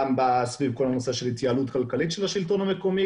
גם סביב כל הנושא של ההתייעלות הכלכלית של השלטון המקומי,